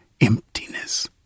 emptiness